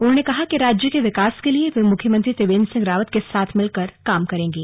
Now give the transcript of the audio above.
उन्होंने कहा कि राज्य के विकास के लिए वे मुख्यमंत्री त्रिवेंद्र सिंह रावत के साथ मिलकर काम करेंगे